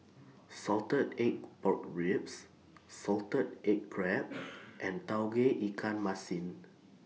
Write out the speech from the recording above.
Salted Egg Pork Ribs Salted Egg Crab and Tauge Ikan Masin